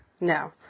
No